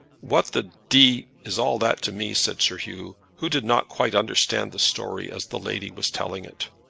what the d is all that to me? said sir hugh, who did not quite understand the story as the lady was telling it.